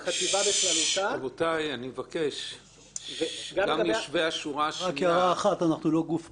בכללותה- - רק הערה אנחנו לא גוף פרטי.